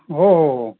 हो हो हो